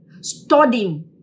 studying